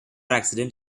accident